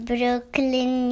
Brooklyn